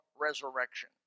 resurrection